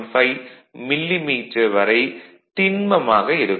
5 millimetre திண்மமாக இருக்கும்